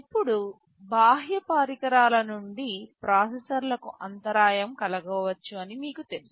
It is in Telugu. ఇప్పుడు బాహ్య పరికరాల నుండి ప్రాసెసర్ల లకు అంతరాయం కలగవచ్చు అని మీకు తెలుసు